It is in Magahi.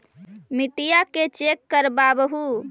मिट्टीया के चेक करबाबहू?